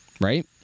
right